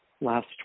last